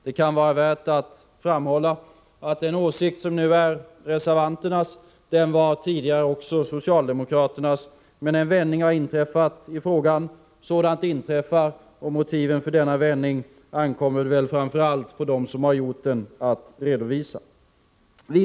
Det kan vara värt att framhålla att den åsikt som nu är reservanternas tidigare också var socialdemokraternas, men det har inträffat Insyn och samråd en vändning i frågan. Sådant förekommer, och det ankommer väl framför allt rörande krigsmatepå dem som gjort vändningen att också redovisa motiven.